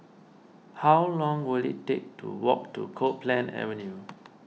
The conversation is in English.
how long will it take to walk to Copeland Avenue